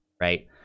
right